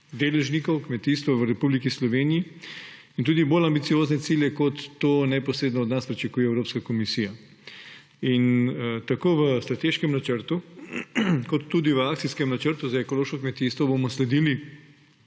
deležnikov kmetijstva v Republiki Sloveniji in tudi bolj ambiciozne cilje, kot to neposredno od nas pričakuje Evropska komisija. Tako v strateškem načrtu kot tudi v akcijskem načrtu za ekološko kmetijstvo bomo sledili